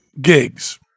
gigs